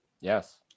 Yes